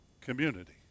community